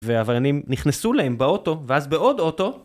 והעבריינים נכנסו להם באוטו, ואז בעוד אוטו...